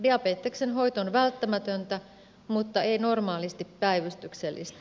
diabeteksen hoito on välttämätöntä mutta ei normaalisti päivystyksellistä